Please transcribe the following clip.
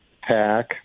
pack